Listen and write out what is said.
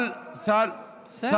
היה 300 ועלה ל-500.